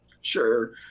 Sure